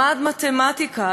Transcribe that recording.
למד מתמטיקה,